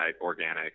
organic